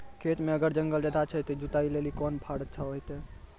खेत मे अगर जंगल ज्यादा छै ते जुताई लेली कोंन फार अच्छा होइतै?